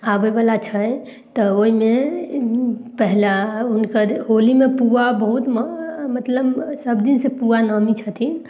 आबयवला छै तऽ ओइमे पहिला हुनकर होलीमे पुआ बहुत मतलब सभदिनसँ पुआ नामी छथिन